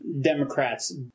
Democrats